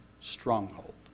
stronghold